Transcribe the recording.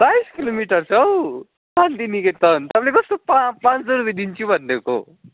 बाइस किलोमिटार छ हौ शान्तिनिकेतन तपाईँले कस्तो पा पाँच सौ रुपियाँ दिन्छु भन्नुभएको